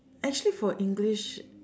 actually for English